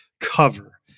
cover